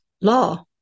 law